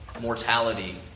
mortality